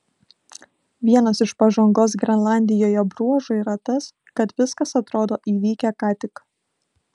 vienas iš pažangos grenlandijoje bruožų yra tas kad viskas atrodo įvykę ką tik